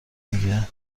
میگه